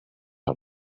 are